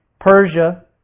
Persia